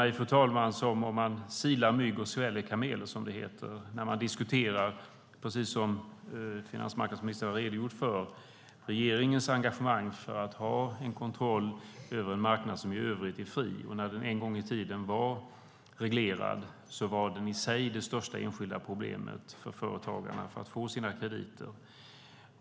Det förefaller som att man silar mygg och sväljer kameler. Som finansmarknadsministern redogjort för har regeringen ett engagemang för att ha en viss kontroll över en marknad som i övrigt är fri, och när den en gång i tiden var reglerad var den i sig det största enskilda problemet när företagarna ville få sina krediter.